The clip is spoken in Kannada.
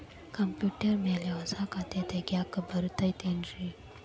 ಕಂಪ್ಯೂಟರ್ ಮ್ಯಾಲೆ ಹೊಸಾ ಖಾತೆ ತಗ್ಯಾಕ್ ಬರತೈತಿ ಏನ್ರಿ?